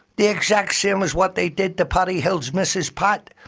the exact same as what they did to paddy hill's missus, pat,